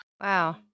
Wow